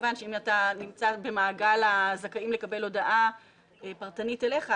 כמובן שאם אתה נמצא במעגל הזכאים לקבל הודעה פרטנית אליך,